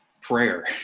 prayer